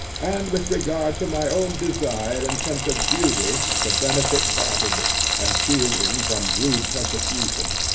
and with regard to my own desire and sense of duty, to benefit bartleby, and shield him from rude persecution.